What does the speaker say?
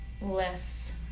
less